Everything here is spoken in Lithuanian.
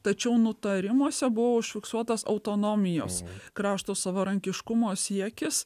tačiau nutarimuose buvo užfiksuotas autonomijos krašto savarankiškumo siekis